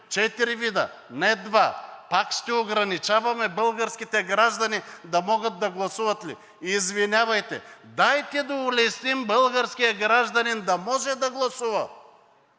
четири вида избори, не два. Пак ще ограничаваме българските граждани да могат да гласуват ли? Извинявайте, дайте да улесним българския гражданин да може да гласува.